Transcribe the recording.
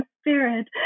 spirit